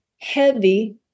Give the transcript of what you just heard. heavy